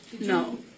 no